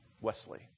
Wesley